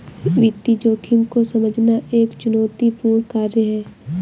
वित्तीय जोखिम को समझना एक चुनौतीपूर्ण कार्य है